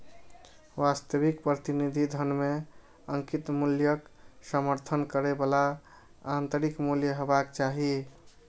वास्तविक प्रतिनिधि धन मे अंकित मूल्यक समर्थन करै बला आंतरिक मूल्य हेबाक चाही